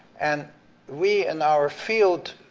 and we, in our field,